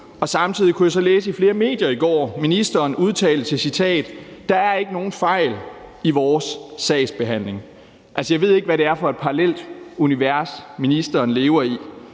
og samtidig kunne jeg så læse i flere medier i går, at ministeren udtalte til citat: Der er ikke nogen fejl i vores sagsbehandling. Altså, jeg ved ikke, hvad det er for et parallelt univers, ministeren lever i.